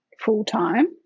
full-time